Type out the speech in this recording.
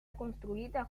construida